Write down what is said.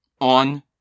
on